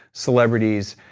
celebrities,